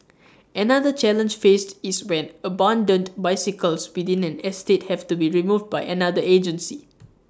another challenge faced is when abandoned bicycles within an estate have to be removed by another agency